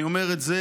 אני אומר את זה,